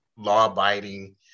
law-abiding